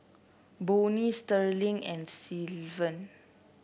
Bonnie Sterling and Sylvan